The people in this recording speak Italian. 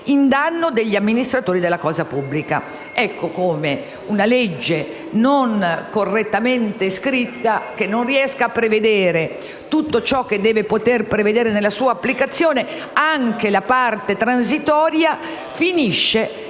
in danno degli amministratori della cosa pubblica. Ecco come una legge non correttamente scritta, che non riesce a prevedere tutto ciò che deve poter prevedere nella sua applicazione, anche la parte transitoria, invece che